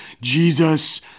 Jesus